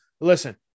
listen